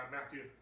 Matthew